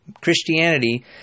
Christianity